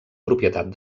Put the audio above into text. propietat